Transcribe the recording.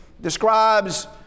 describes